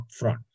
upfront